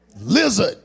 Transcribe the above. lizard